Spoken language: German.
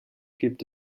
gibt